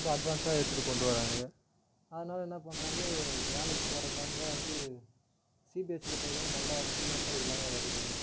ரொம்ப அட்வான்ஸாக எடுத்துட்டு கொண்டு வராங்க அதனால என்ன பண்ணுறாங்க வேலைக்கிப் போகிற டைமில் வந்து சிபிஎஸ்சியில் படிக்கறவங்க நல்லா ஃப்ளுயென்டாக எல்லாமே வருது